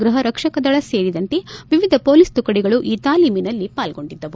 ಗೃಹ ರಕ್ಷಕ ದಳ ಸೇರಿದಂತೆ ವಿವಿಧ ಪೊಲೀಸ್ ತುಕಡಿಗಳು ಈ ತಾಲೀಮಿನಲ್ಲಿ ಪಾಲ್ಗೊಂಡಿದ್ದವು